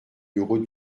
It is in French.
bureau